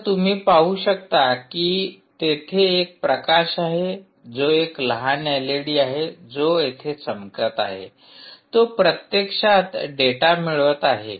तर तुम्ही पाहु शकता की तेथे एक प्रकाश आहे जो एक लहान एलईडी आहे जो येथे चमकत आहे तो प्रत्यक्षात डेटा मिळवत आहे